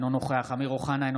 אינו נוכח אמיר אוחנה,